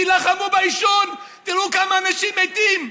תילחמו בעישון, תראו כמה אנשים מתים.